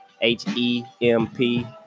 H-E-M-P